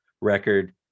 Record